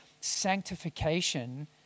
sanctification